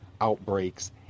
outbreaks